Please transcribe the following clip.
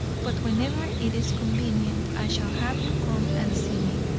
but whenever it is convenient i shall have you come and see me.